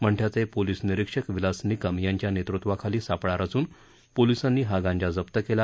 मंठ्याचे police निरीक्षक विलास निकम यांच्या नेतृत्वाखाली सापळा रचन पोलिसांनी हा गांजा जप्त केला